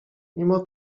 mimo